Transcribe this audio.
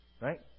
Right